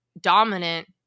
dominant